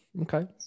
Okay